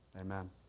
Amen